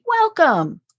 welcome